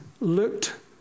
looked